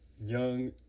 young